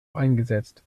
eingesetzt